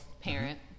parent